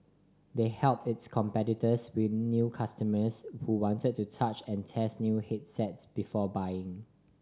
they helped its competitors win new customers who wanted to touch and test new handsets before buying